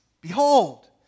Behold